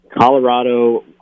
Colorado